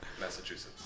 Massachusetts